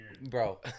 bro